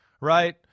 right